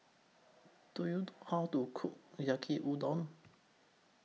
Do YOU Do How to Cook Yaki Udon